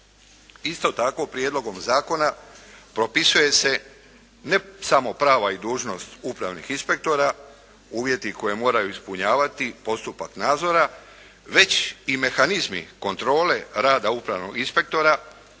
Isto tako, prijedlogom zakona propisuje se ne samo prava i dužnost upravnih inspektora, uvjeti koje moraju ispunjavati, postupak nadzora već i mehanizmi kontrole rada upravnog inspektora